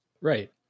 Right